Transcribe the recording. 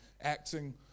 acting